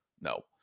no